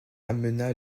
emmena